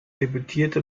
debütierte